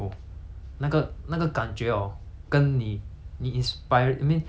你 inspire I mean you inspiring other people right they are two different feelings